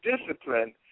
discipline